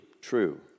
true